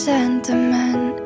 Sentiment